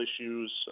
issues